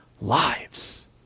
lives